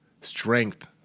strength